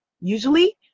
Usually